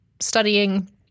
studying